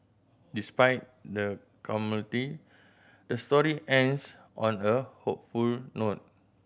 despite the calamity the story ends on a hopeful note